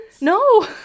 No